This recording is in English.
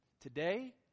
Today